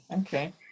okay